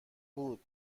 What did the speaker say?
بود